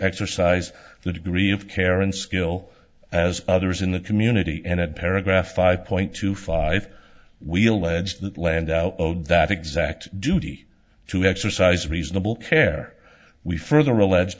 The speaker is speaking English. exercise the degree of care and skill as others in the community and at paragraph five point two five we'll ledge that land that exact duty to exercise reasonable care we further allege